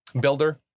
builder